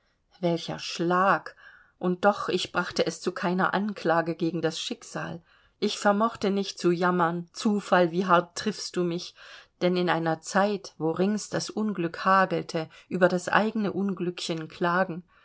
welcher schlag und doch ich brachte es zu keiner anklage gegen das schicksal ich vermochte nicht zu jammern zufall wie hart triffst du mich denn in einer zeit wo rings das unglück hagelte über das eigene unglückchen klagen